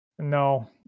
No